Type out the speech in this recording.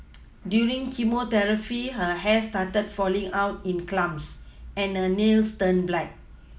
during chemotherapy her hair started falling out in clumps and her nails turned black